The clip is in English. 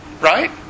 right